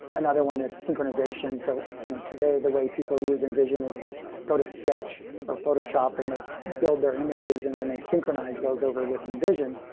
another one is synchronization. so you know today, the way people use invision is they go to sketch, or photoshop, and they build their images and then they synchronize those over with invision,